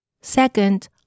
Second